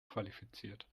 qualifiziert